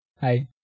Hi